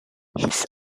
his